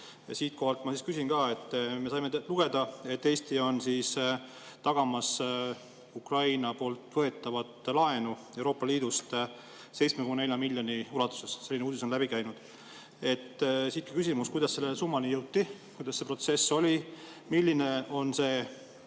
siitkohalt ma küsin ka, et me saime lugeda, et Eesti on tagamas Ukraina poolt võetavat laenu Euroopa Liidust 7,4 miljoni ulatuses. Selline uudis on läbi käinud. Siit ka küsimus: kuidas selle summani jõuti? Kuidas see protsess oli? Milline on see